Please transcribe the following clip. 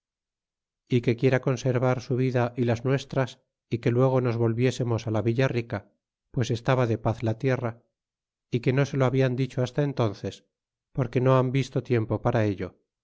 e que quiera conservar su vida y las nuestras y que luego nos volviésemos la villa rica pues estaba de paz la tierra y que no se lo hablan dicho hasta entónces porque no han visto tiempo para ello